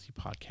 podcast